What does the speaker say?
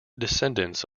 descendants